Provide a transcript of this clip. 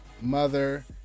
mother